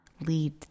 lead